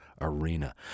arena